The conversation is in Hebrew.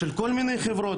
של כל מיני חברות,